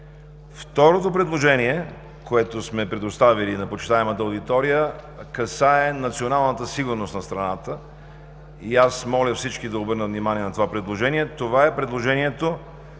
Второто предложение, което сме предоставили на почитаемата аудитория, касае националната сигурност на страната и аз моля всички да обърнат внимание на това предложение. Това е предложението